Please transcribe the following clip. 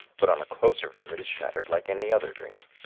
but on a closer view it is shattered like any other dream.